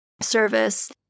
service